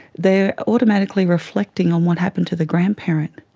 they are automatically reflecting on what happened to the grandparent,